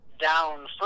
down